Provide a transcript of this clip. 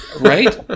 Right